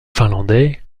finlandais